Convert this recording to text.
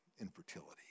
infertility